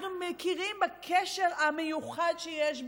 אנחנו מכירים בקשר המיוחד שיש בינינו,